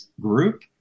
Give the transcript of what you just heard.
group